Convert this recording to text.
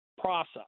process